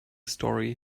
story